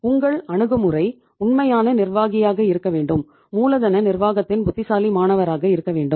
உங்கள் அணுகுமுறை உண்மையான நிர்வாகியாக இருக்க வேண்டும் மூலதன நிர்வாகத்தின் புத்திசாலி மாணவராக இருக்க வேண்டும்